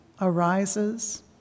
arises